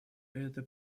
эта